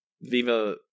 Viva –